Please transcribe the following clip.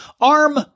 ARM